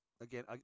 again